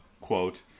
Quote